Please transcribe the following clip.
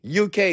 UK